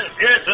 yes